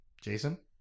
Jason